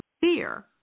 fear